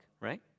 right